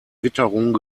witterung